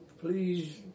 Please